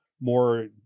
more